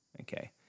okay